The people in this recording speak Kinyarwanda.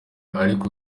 ariko